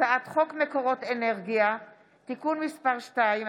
הצעת חוק מקורות אנרגיה (תיקון מס' 2),